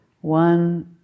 One